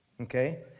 Okay